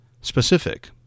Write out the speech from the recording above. specific